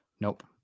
Nope